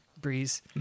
breeze